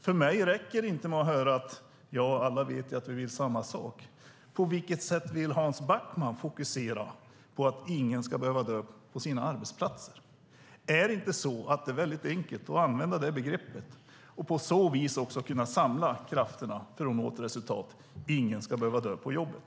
För mig räcker det inte med att höra att alla vet att vi vill samma sak. På vilket sätt vill Hans Backman fokusera på att ingen ska behöva dö på sin arbetsplats? Är det inte så att det är väldigt enkelt att använda det begreppet och på så vis också kunna samla krafterna för att nå ett resultat? Ingen ska behöva dö på jobbet.